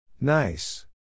Nice